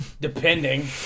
Depending